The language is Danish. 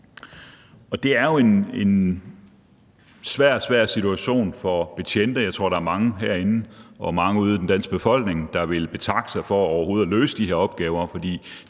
Det er jo en svær, svær situation for betjentene. Jeg tror, at der er mange herinde og ude i den danske befolkning, der ville betakke sig for overhovedet at løse de her opgaver,